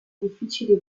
difficili